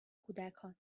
کودکان